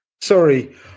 Sorry